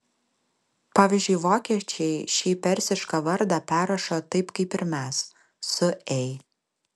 pavyzdžiui vokiečiai šį persišką vardą perrašo taip kaip ir mes su ei